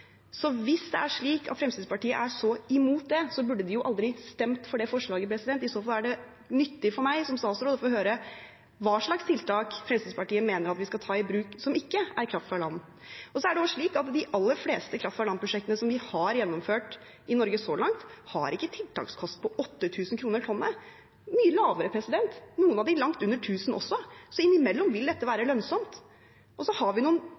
Hvis det er slik at Fremskrittspartiet er så imot det, burde de jo aldri stemt for det forslaget. I så fall er det nyttig for meg som statsråd å høre hva slags tiltak Fremskrittspartiet mener at vi skal ta i bruk som ikke er kraft fra land. De aller fleste kraft-fra-land-prosjektene som vi har gjennomført i Norge så langt, har ikke tiltakskost på 8 000 kr per tonn. Det er mye lavere, noen av dem langt under tusen også. Så innimellom vil dette være lønnsomt. Og så har vi i Norge noen